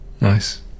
nice